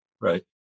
Right